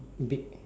big